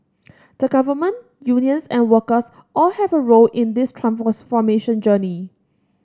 the government unions and workers all have a role in this journey